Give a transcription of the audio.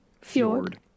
fjord